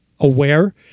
aware